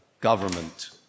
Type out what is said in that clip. government